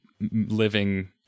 living